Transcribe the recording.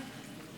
תגמולי